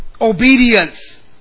Obedience